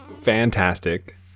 fantastic